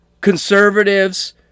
Conservatives